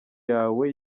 yawe